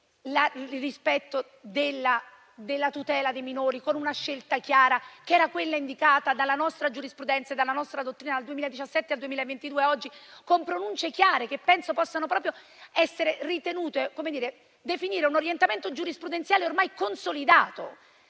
il rispetto della tutela dei minori con una scelta chiara, quella indicata dalla nostra giurisprudenza e dalla nostra dottrina, dal 2017 al 2022 e ad oggi, con pronunce chiare, che penso possano definire un orientamento giurisprudenziale ormai consolidato?